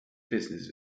business